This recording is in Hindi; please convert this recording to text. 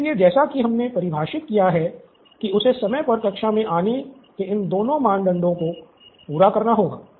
इसलिए जैसा कि हमने परिभाषित किया है कि उसे समय पर कक्षा में आने के इन दोनों मानदंडों को पूरा करना होगा